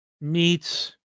meets